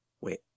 Wait